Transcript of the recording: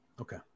Okay